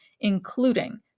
including